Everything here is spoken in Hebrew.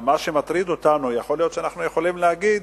מה שמטריד אותנו, יכול להיות שאנחנו יכולים להגיד,